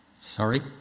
sorry